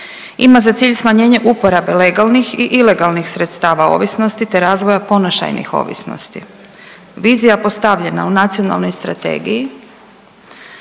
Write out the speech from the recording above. Ima za cilj smanjenje uporabe legalnih i ilegalnih sredstava ovisnosti te razvoja ponašajnih ovisnosti. Vizija postavljena u nacionalnog strategiji